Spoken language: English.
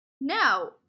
now